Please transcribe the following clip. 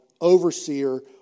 overseer